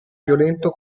violento